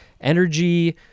energy